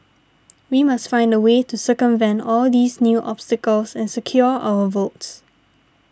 we must find a way to circumvent all these new obstacles and secure our votes